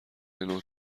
منو